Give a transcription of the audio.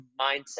mindset